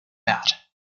bad